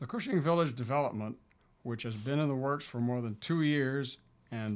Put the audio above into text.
the question of village development which has been in the works for more than two years and